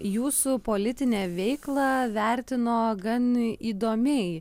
jūsų politinę veiklą vertino gan įdomiai